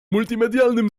multimedialnym